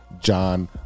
john